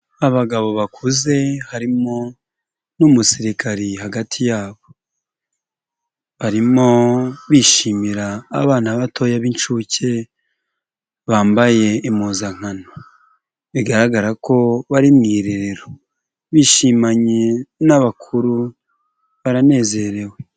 Abagabo bakuze harimo n'umusirikari hagati yabo, barimo bishimira abana batoya b'inshuke bambaye impuzankano bigaragara ko bari mu irerero, bishimanye n'abakuru baranezerewe.